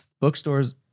bookstores